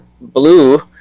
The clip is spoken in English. Blue